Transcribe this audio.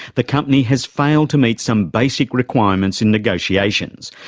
the company has failed to meet some basic requirements in negotiations,